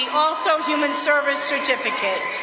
also human service certificate.